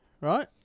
Right